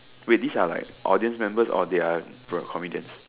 wait these are like audience members or they are Pro comedians